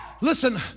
listen